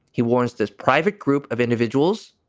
he wants this private group of individuals.